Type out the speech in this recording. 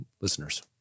listeners